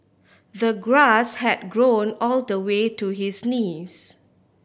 the grass had grown all the way to his knees